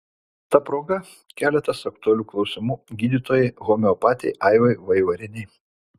ta proga keletas aktualių klausimų gydytojai homeopatei aivai vaivarienei